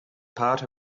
part